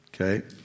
Okay